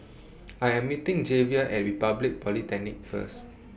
I Am meeting Javier At Republic Polytechnic First